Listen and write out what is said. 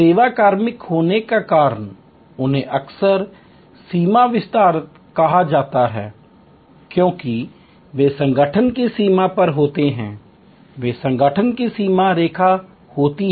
सेवा कार्मिक होने का कारण उन्हें अक्सर सीमा विस्तारक कहा जाता है क्योंकि वे संगठन की सीमा पर होते हैं वे संगठन की सीमा रेखा होते हैं